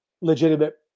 legitimate